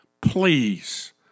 Please